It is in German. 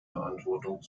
verantwortung